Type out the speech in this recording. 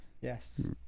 Yes